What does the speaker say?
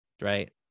right